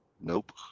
Nope